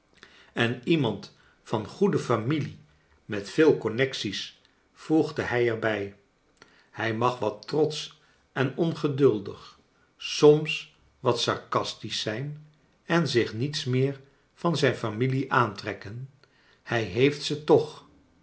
en iemand van goede familie met veel connecties voegde hij er bij hij mag wat trotsch en ongeduldig soms wat sarcastisch zijn en zich niets meer van zijn familie aantrekken hij heeft ze toch